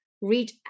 Read